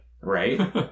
Right